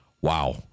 Wow